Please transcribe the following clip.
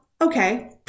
Okay